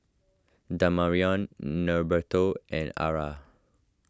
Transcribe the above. Damarion Norberto and Arra